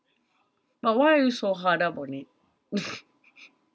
but why are you so hard up on it